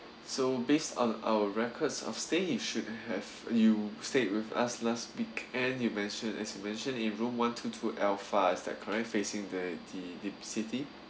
so based on our records of stay you shouldn't have you stayed with us last weekend you mentioned as you mentioned at room one two two alpha is that correct facing the deep deep city